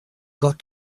got